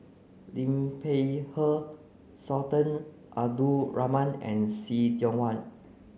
Liu Peihe Sultan Abdul Rahman and See Tiong Wah